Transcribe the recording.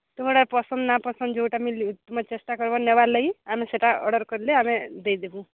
ତୁମର ଏଇଟା ପସନ୍ଦ ନାଁ ପସନ୍ଦ ଯୋଉଟା ମିଳି ତୁମେ ଚେଷ୍ଟା କରିବ ନେବାର ଲାଗି ଆମେ ସେଇଟା ଅର୍ଡର୍ କଲେ ଆମେ ଦେଇଦେବୁ